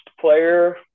player